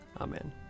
Amen